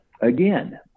Again